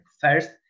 first